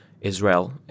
Israel